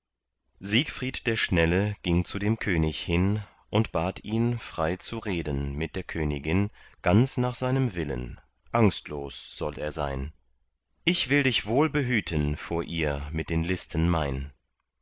siegfried der schnelle ging zu dem könig hin und bat ihn frei zu reden mit der königin ganz nach seinem willen angstlos soll er sein ich will dich wohl behüten vor ihr mit den listen mein